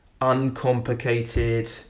uncomplicated